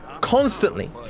constantly